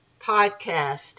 podcast